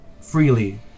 freely